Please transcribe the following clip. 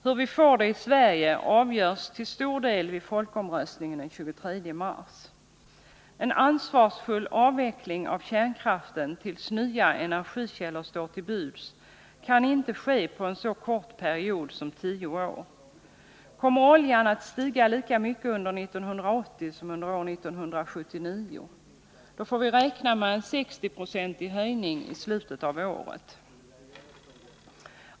Hur vi får det i Sverige avgörs till stor del vid folkomröstningen den 23 mars. En ansvarsfull avveckling av kärnkraften tills nya energikällor står till buds kan inte ske under en så kort period som tio år. Kommer oljan att stiga lika mycket i pris under 1980 som under år 1979? Då får vi räkna med 60 96 höjning i slutet av året.